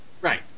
Right